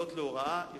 יש